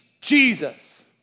Jesus